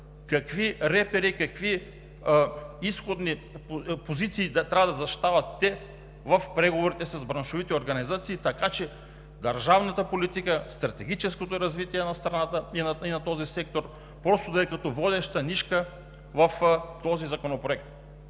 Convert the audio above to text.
какви репери, какви изходни позиции трябва да защитават те в преговорите с браншовите организации, така че държавната политика, стратегическото развитие на страната и на този сектор просто да са като водеща нишка в Законопроекта.